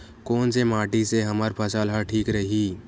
कोन से माटी से हमर फसल ह ठीक रही?